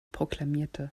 proklamierte